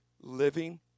living